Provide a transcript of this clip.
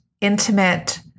intimate